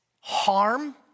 harm